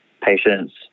patients